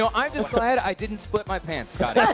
so i'm just glad i didn't split my pants, scotty. yeah